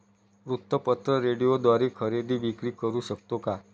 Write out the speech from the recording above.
वृत्तपत्र, रेडिओद्वारे खरेदी विक्री करु शकतो का?